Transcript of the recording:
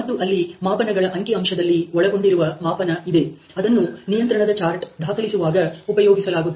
ಮತ್ತು ಅಲ್ಲಿ ಮಾಪನಗಳ ಅಂಕಿಅಂಶದಲ್ಲಿ ಒಳಗೊಂಡಿರುವ ಮಾಪನ ಇದೆ ಅದನ್ನು ನಿಯಂತ್ರಣದ ಚಾರ್ಟ್ ದಾಖಲಿಸುವಾಗ ಉಪಯೋಗಿಸಲಾಗುತ್ತದೆ